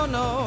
no